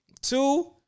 two